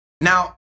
Now